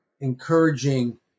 encouraging